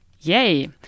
Yay